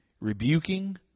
rebuking